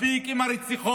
מספיק עם הרציחות,